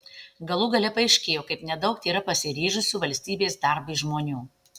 galų gale paaiškėjo kaip nedaug tėra pasiryžusių valstybės darbui žmonių